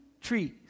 trees